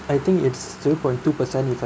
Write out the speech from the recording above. I think it's zero point two per cent if I'm